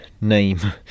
name